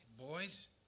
Boys